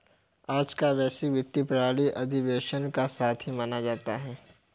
आज का वैश्विक वित्तीय प्रणाली उपनिवेशवाद का साथी माना जाता है